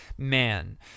Man